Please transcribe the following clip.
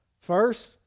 First